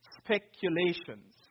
Speculations